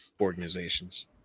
organizations